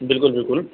बिल्कुलु बिल्कुलु